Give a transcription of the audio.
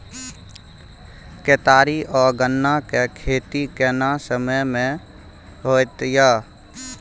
केतारी आ गन्ना के खेती केना समय में होयत या?